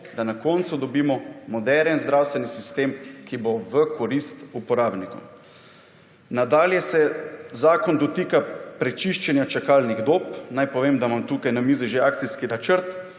da na koncu dobimo moderen zdravstveni sistem, ki bo v korist uporabnikom. Nadalje se zakon dotika prečiščenja čakalnih dob. Naj povem, da imam tukaj na mizi že akcijski načrt,